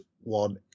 one